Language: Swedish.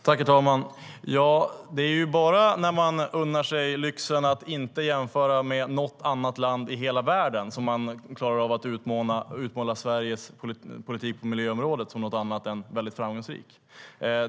Herr talman! Det är bara när man unnar sig lyxen att inte jämföra med något annat land i hela världen som man klarar av att utmåla Sveriges politik på miljöområdet som någonting annat än väldigt framgångsrik.